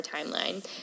timeline